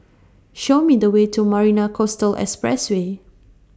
Show Me The Way to Marina Coastal Expressway